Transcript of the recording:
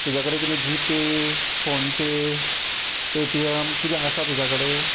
तुज्या कडेन कितें G pay PhonePe Paytm कितें आसा तुजे कडेन